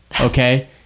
okay